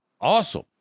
awesome